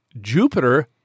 Jupiter